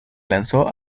lanzó